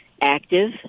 active